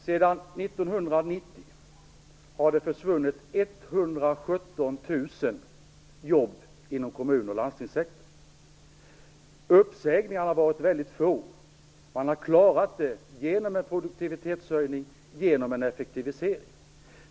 Herr talman! Sedan 1990 har det försvunnit Uppsägningarna har varit väldigt få. Man har klarat situationen genom en produktivitetshöjning, en effektivisering.